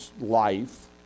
life